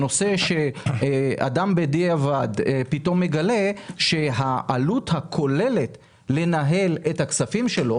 הנושא שאדם בדיעבד פתאום מגלה שהעלות הכוללת לנהל את הכספים שלו,